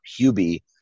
Hubie